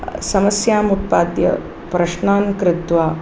समस्याम् उत्पाद्य प्रश्नां कृत्वा